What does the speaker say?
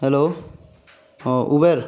hello Uber